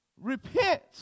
repent